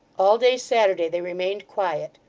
all day, saturday, they remained quiet.